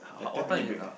what time is it now